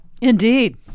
Indeed